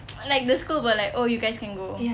like the school will like oh you guys can go